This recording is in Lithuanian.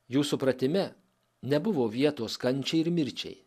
jų supratime nebuvo vietos kančiai ir mirčiai